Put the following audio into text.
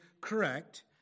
correct